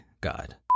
god